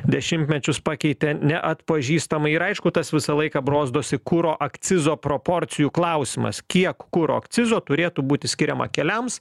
dešimtmečius pakeitė neatpažįstamai ir aišku tas visą laiką brozdosi kuro akcizo proporcijų klausimas kiek kuro akcizo turėtų būti skiriama keliams